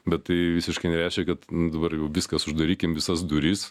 bet tai visiškai nereiškia kad dabar jau viskas uždarykim visas duris